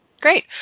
Great